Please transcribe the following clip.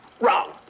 Wrong